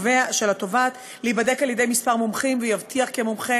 התובעת להיבדק על-ידי כמה מומחים ויבטיח כי המומחה